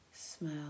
smell